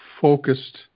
focused